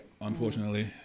Unfortunately